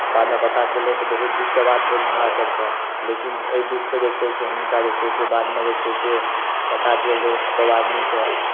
बादमे पता चललनि तऽ बहुत दुखके बात भेल हमरा सभके लेकिन एहि दुखसँ जे छै से हुनका जे छै से बादमे जे छै से पता चललै सभ आदमीके